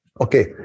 Okay